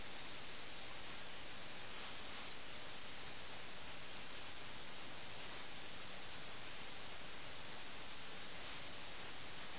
അവിടെ രാജാവിന്റെ ദൂതന്റെ ഭാഗത്തുനിന്ന് അൽപ്പം അഹങ്കാരവും നമുക്ക് കാണാൻ കഴിയും